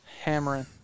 hammering